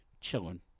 chilling